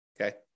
Okay